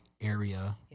area